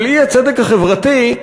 של האי-צדק החברתי,